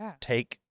take